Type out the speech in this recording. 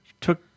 Took